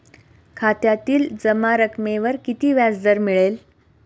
खात्यातील जमा रकमेवर किती व्याजदर मिळेल?